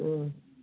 ଓ